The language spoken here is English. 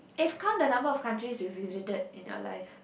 if count the number of countries you visited in your life